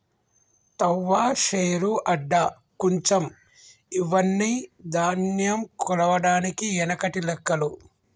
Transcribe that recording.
తవ్వ, శేరు, అడ్డ, కుంచం ఇవ్వని ధాన్యం కొలవడానికి ఎనకటి లెక్కలు